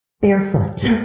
barefoot